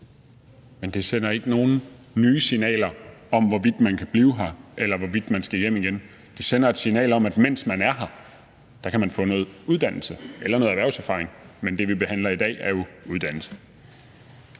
Men det sender ikke nogen nye signaler om, hvorvidt man kan blive her, eller hvorvidt man skal hjem igen. Det sender et signal om, at man, mens man er her, kan få noget uddannelse eller noget erhvervserfaring. Men det, som vi behandler i dag, er jo uddannelse.